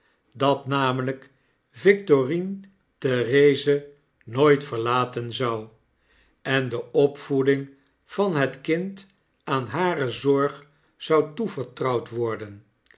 dat namelyk victorine therese nooit verlaten zou en de opvoeding van het kind aan hare zorg zou toevertrouwd worden